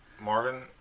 Marvin